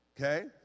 okay